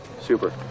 Super